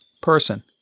person